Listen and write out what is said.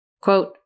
Quote